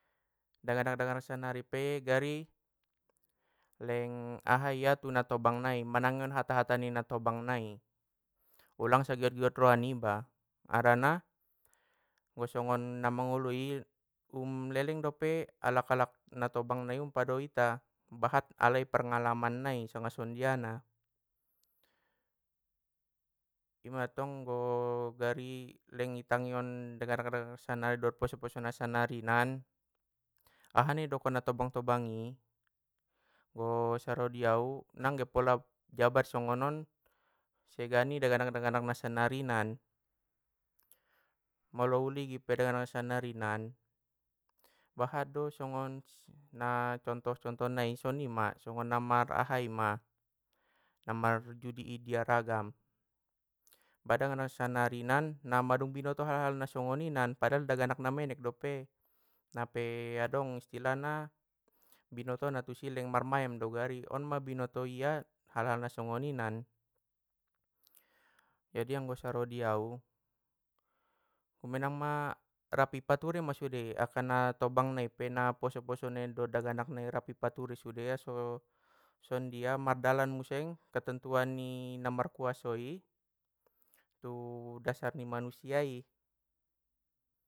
Daganak daganak sannari pe gari, leng aha ia tu natobang nai manangion hata hata na tobang nai, ulang sagiot giot roha niba, harana anggo songon na mangolui um leleng dope alak alak na tobang nai um pado ita, bahat alai perngalaman nai sanga songondiana!, imatong bo gari leng itangion daganak daganak sannari dot poso poso na sannarinan, aha naidokon na tobang tobang i! Bo saro diau, nangge pola jabar songonon, sega ni daganak daganak na sannarinan. Molo uligin pe daganak na sannarinan, bahat do songon na contoh contoh nai sonima songon na mar ahai ma, na marjudi iaragam, kadang na sanarinan na mandung binoto hal hal na songoninan padahal daganak na menek dope, na pe adong istilahna binotona tusi leng marmayam do gari, on mai binoto ia hal hal na songoninan, jadi anggo saro diau, ummenangma rap ipature ma sude akkkana tobang nai pe naposo poso nai dot daganak nai rap ipature sude aso, songondia mardalan museng ketentuan ni namarkuasoi, tu dasar ni manusia i.